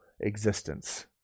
existence